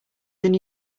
than